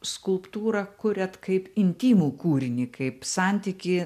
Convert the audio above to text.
skulptūrą kuriat kaip intymų kūrinį kaip santykį